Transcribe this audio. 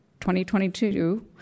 2022